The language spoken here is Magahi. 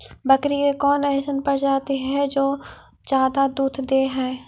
बकरी के कौन अइसन प्रजाति हई जो ज्यादा दूध दे हई?